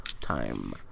time